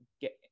get